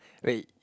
wait